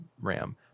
ram